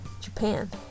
Japan